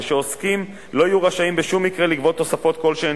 ושעוסקים לא יהיו רשאים בשום מקרה לגבות תוספות כלשהן,